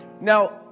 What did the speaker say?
Now